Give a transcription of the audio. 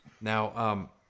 Now